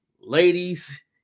ladies